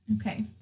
Okay